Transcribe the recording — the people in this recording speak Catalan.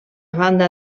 banda